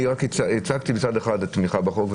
הצגתי מצד אחד תמיכה בחוק.